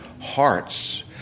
hearts